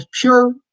pure